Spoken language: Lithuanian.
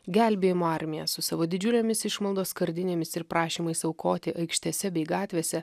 gelbėjimo armija su savo didžiulėmis išmaldos skardinėmis ir prašymais aukoti aikštėse bei gatvėse